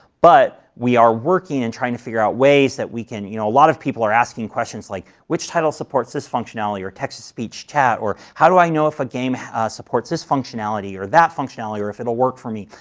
but we are working in trying to figure out ways that we can you know, a lot of people are asking questions like which title supports this functionality or text to speech chat or how do i know if a game supports this functionality or that functionality and if it will work with me.